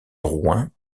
drouin